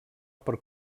per